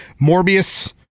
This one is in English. Morbius